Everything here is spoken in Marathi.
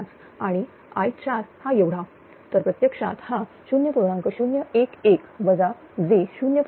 005 आणि i4 हा एवढा तर प्रत्यक्षात हा 0